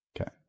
Okay